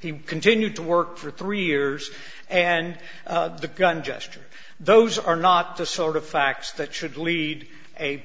he continued to work for three years and the gun gesture those are not the sort of facts that should lead a